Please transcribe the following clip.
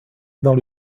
dans